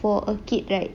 for a kid right